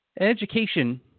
Education